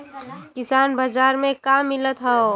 किसान बाजार मे का मिलत हव?